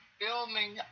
filming